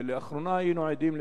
לאחרונה היינו עדים,